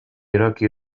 iraqi